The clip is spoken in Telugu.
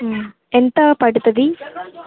ఎంత పడుతుంది